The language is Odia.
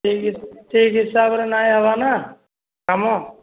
ସେହି ସେହି ହିସାବରେ ନାହିଁ ହେବାନା କାମ